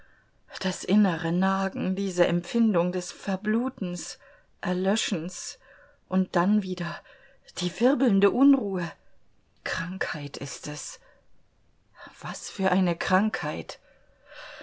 das innere nagen diese empfindung des verblutens erlöschens und dann wieder die wirbelnde unruhe krankheit ist es was für eine krankheit